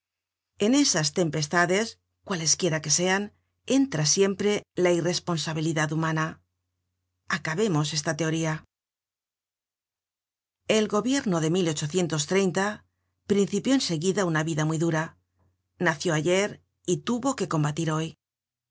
en esas tempestades cualesquiera que sean entra siempre la irresponsabilidad humana acabemos esta teoría content from google book search generated at el gobierno de principió en seguida una vida muy dura nació ayer y tuvo que combatir hoy